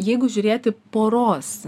jeigu žiūrėti poros